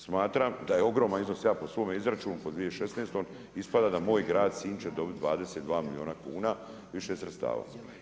Smatram da je ogroman iznos jako ja po svom izračunu, po 2016. ispada da moj grad Sinj će dobiti 22 milijuna kuna više sredstava.